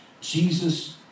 Jesus